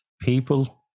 People